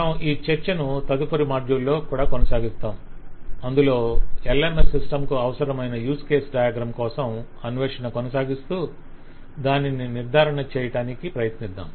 మనము ఈ చర్చను తదుపరి మాడ్యూల్లో కూడా కొనసాగిస్తాము అందులో LMS సిస్టం కు అవసరమైన యూజ్ కేస్ డయాగ్రమ్ కోసం అన్వేషణ కొనసాగిస్తూ దానిని నిర్ధారణ చయటానికి ప్రయత్నిద్దాం